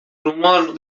rumor